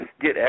get